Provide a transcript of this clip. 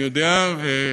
אני יודע,